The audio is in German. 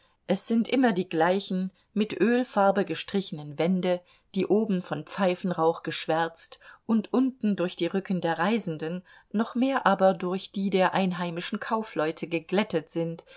es sind immer die gleichen mit ölfarbe gestrichenen wände die oben von pfeifenrauch geschwärzt und unten durch die rücken der reisenden noch mehr aber durch die der einheimischen kaufleute geglättet sind